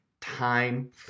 time